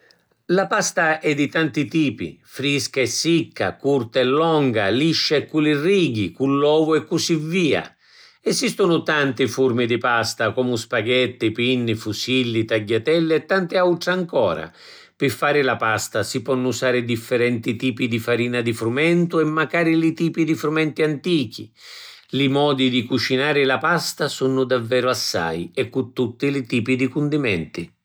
La pasta è di tanti tipi: frisca e sicca, curta e longa, liscia e cu li righi, cu l’ovu e cusì via. Esistunu tanti furmi di pasta comu spaghetti, pinni, fusilli, tagghiatelli, e tanti autri ancora. Pi fari la pasta si ponnu usari differenti tipi di farina di frumentu e macari li tipi di frumenti antichi. Li modi di cucinari la pasta sunnu daveru assai e cu tutti li tipi di cundimenti.